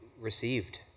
received